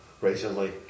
recently